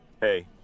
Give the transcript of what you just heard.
Hey